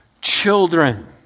Children